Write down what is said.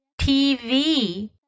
TV